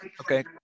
Okay